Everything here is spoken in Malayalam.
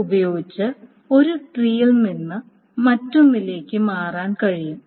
ഇത് ഉപയോഗിച്ച് ഒരു ട്രീയിൽ നിന്ന് മറ്റൊന്നിലേക്ക് മാറാൻ കഴിയും